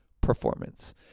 performance